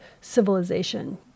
civilization